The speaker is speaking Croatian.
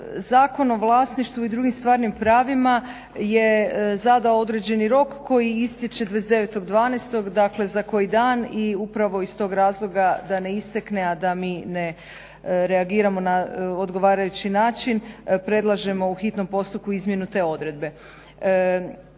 Zakon o vlasništvu i drugim stvarnim pravima je zadao određeni rok koji istječe 29.12., dakle za koji dan i upravo iz tog razloga da ne istekne, a da mi ne reagiramo na odgovarajući način predlažemo u hitnom postupku izmjenu te odredbe.